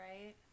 right